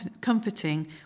comforting